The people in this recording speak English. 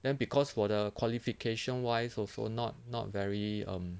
then because 我的 qualification wise also not not very um